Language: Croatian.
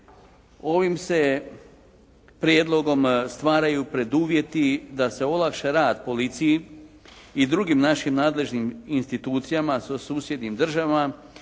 Ovim se prijedlogom stvaraju preduvjeti da se olakša rad policiji i drugim našim nadležnim institucijama, sa susjednim državama